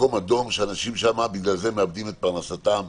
אנשים שם בגלל זה מאבדים את פרנסתם,